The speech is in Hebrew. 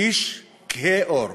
איש כהה עור.